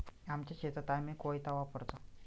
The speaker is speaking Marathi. आमच्या शेतात आम्ही कोयता वापरतो